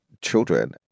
children